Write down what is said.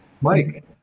Mike